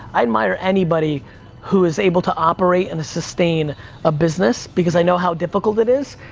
i admire anybody who is able to operate and sustain a business, because i know how difficult it is.